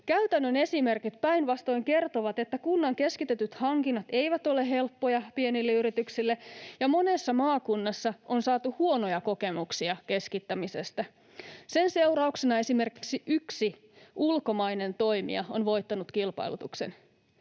Käytännön esimerkit päinvastoin kertovat, että kunnan keskitetyt hankinnat eivät ole helppoja pienille yrityksille ja monessa maakunnassa on saatu huonoja kokemuksia keskittämisestä. Sen seurauksena esimerkiksi yksi ulkomainen toimija on voittanut kilpailutuksen.